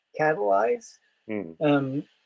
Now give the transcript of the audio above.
catalyze